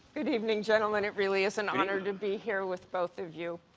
good evening, gentlemen. it really is an honor to be here with both of you.